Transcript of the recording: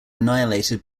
annihilated